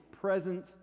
present